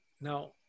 Now